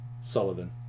Sullivan